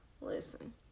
Listen